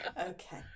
Okay